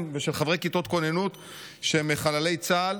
ושל חברי כיתות כוננות שהם חללי צה"ל,